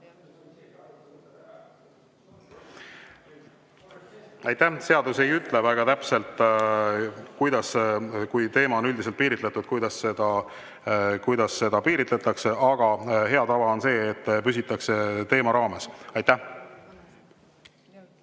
Aitäh! Seadus ei ütle väga täpselt, et kui teema on üldiselt piiritletud, siis kuidas seda piiritletakse. Aga hea tava on see, et püsitakse teema raames. Kui